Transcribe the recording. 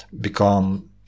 become